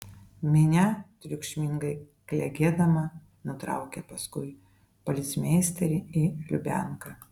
minia triukšmingai klegėdama nutraukė paskui policmeisterį į lubianką